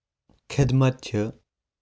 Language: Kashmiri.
خٔدمَتھ چھُ